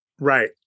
Right